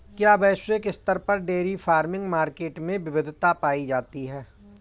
क्या वैश्विक स्तर पर डेयरी फार्मिंग मार्केट में विविधता पाई जाती है?